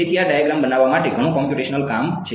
તેથી આ ડાયાગ્રામ બનાવવા માટે ઘણું કોમ્પ્યુટેશનલ કામ છે